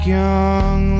young